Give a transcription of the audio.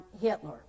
Hitler